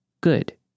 good